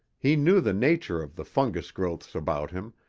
he knew the nature of the fungus growths about him,